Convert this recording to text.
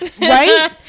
Right